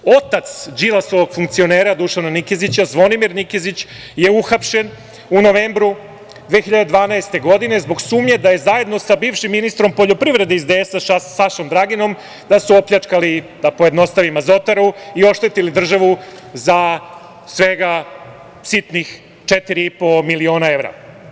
Otac Đilasovog funkcionera Dušana Nikezića, Zvonimir Nikezić je uhapšen u novembru 2012. godine zbog sumnje da je zajedno sa bivšim ministrom poljoprivrede iz DS-a Sašom Draginom, opljačkali, da pojednostavim azotaru i oštetili državu za svega sitnih 4,5 miliona evra.